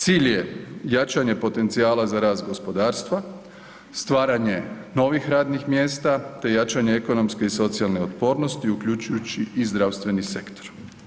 Cilj je jačanje potencijala za rast gospodarstva, stvaranje novih radnih mjesta, te jačanje ekonomske i socijalne otpornosti uključujući i zdravstveni sektor.